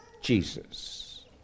Jesus